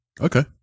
Okay